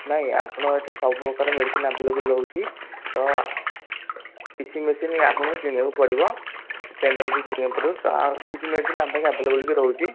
ନାଇଁ ଆପଣ ଏଠି ସବୁପ୍ରକାର ମେଡ଼ିସିନ୍ ଆଭେଲେବୁଲ୍ ରହୁଛି ତ କିଛି ମେଡ଼ିସିନ୍ ଆପଣଙ୍କୁ କିଣିବାକୁ ପଡ଼ିବ ପେମେଣ୍ଟ୍ ବି କରିବାକୁ ପଡ଼ିବ ଆଉ କିଛି ମେଡ଼ିସିନ୍ ଆମ ପାଖରେ ଆଭେଲେବୁଲ୍ ବି ରହୁଛି